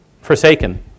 forsaken